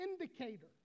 indicator